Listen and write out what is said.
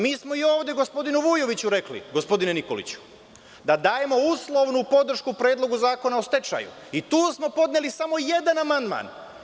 Mi smo i ovde gospodinu Vujoviću rekli, gospodine Nikoliću, da dajemo uslovnu podršku Predloga zakona o stečaju i tu smo podneli samo jedan amandman.